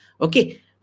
Okay